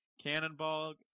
Cannonball